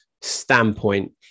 standpoint